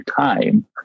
time